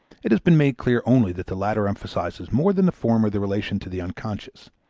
it has been made clear only that the latter emphasizes more than the former the relation to the unconscious.